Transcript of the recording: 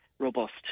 Robust